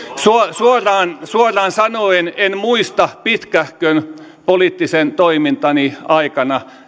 suoraan suoraan sanoen en muista pitkähkön poliittisen toimintani aikana